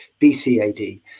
bcad